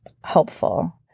helpful